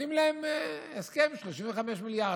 ונותנים להם בהסכם 35 מיליארד,